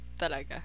Talaga